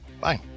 Bye